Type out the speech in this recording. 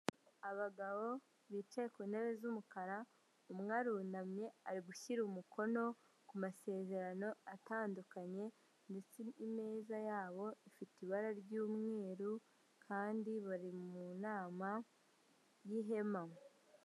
Abagabo bicaye ku ntebe z'umukara, umwe arunamye ari gushyira umukono ku masezerano atandukanye ndetse imeza yabo ifite ibara ry'umweru kandi bari mu nama y'ihema.